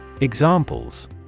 Examples